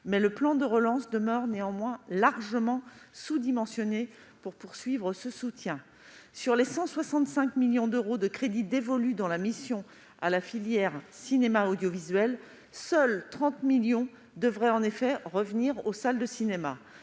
mais le plan de relance demeure largement sous-dimensionné pour poursuivre ce soutien. Sur les 165 millions d'euros de crédits dévolus dans la mission à la filière cinéma et audiovisuel, seuls 30 millions d'euros devraient en effet revenir aux salles de cinéma.